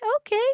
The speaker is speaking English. Okay